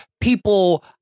People